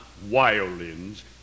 violins